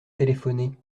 téléphoné